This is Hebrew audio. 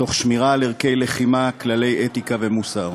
תוך שמירה על ערכי לחימה, כללי אתיקה ומוסר,